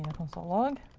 console log.